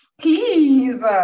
Please